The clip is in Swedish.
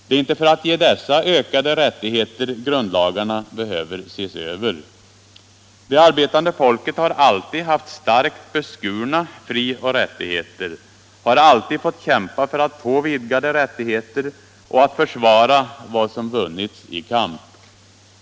Det är inte för att ge dessa ökade rättigheter grundlagarna behöver ses över. Det arbetande folket har alltid haft starkt beskurna frioch rättigheter, har alltid måst kämpa för att få vidgade rättigheter och haft att försvara vad som vunnits i kamp.